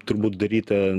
turbūt daryta